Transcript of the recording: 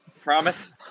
Promise